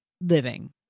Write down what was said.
living